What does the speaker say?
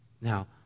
now